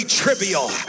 trivial